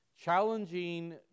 challenging